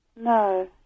No